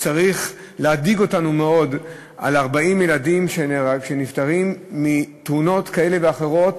זה צריך להדאיג אותנו מאוד ש-40 ילדים נפטרים מתאונות כאלה ואחרות,